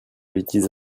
bétises